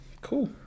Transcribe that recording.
Cool